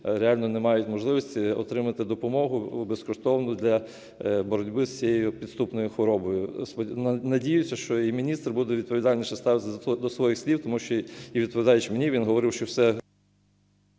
реально не мають можливості отримати допомогу безкоштовну для боротьби з цією підступною хворобою. Надіюсь, що і міністр буде відповідальніше ставитися до своїх слів, тому що і відповідаючи мені, він говорив, що все…